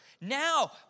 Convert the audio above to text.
Now